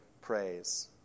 praise